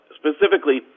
specifically